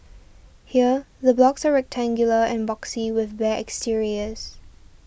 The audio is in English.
here the blocks are rectangular and boxy with bare exteriors